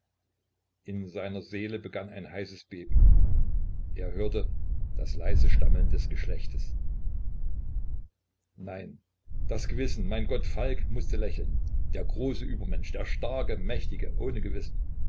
in seiner seele begann ein heißes beben er hörte das leise stammeln des geschlechtes nein das gewissen mein gott falk mußte lächeln der große übermensch der starke mächtige ohne gewissen